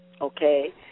Okay